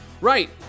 Right